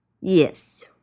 Yes